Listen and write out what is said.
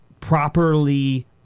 properly